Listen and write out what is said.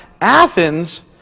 Athens